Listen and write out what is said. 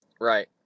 Right